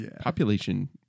population